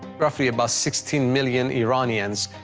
roughly about sixteen million iranians,